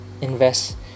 Invest